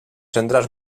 centres